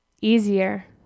easier